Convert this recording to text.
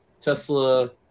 tesla